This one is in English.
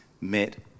met